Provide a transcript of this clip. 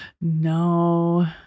No